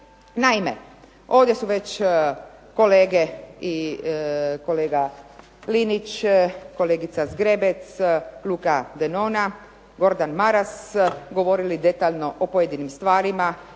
Naime ovdje su već kolege i kolega LInić, kolegica Zgrebec, Luka Denona, Gordan Maras govorili detaljno o pojedinim stvarima